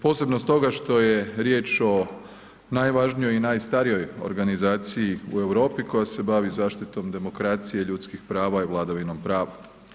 Posebno stoga što je riječ o najvažnijoj i najstarijoj organizaciji u Europi koja se bavi zaštitom demokracije i ljudskih prava i vladavinom prava.